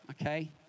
Okay